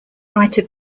writer